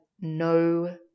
no